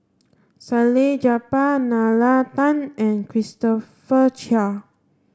Salleh Japar Nalla Tan and Christopher Chia